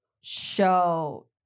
show